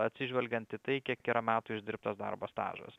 atsižvelgiant į tai kiek yra metų išdirbtas darbo stažas